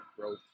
growth